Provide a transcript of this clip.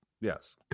Yes